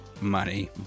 money